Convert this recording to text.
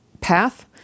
path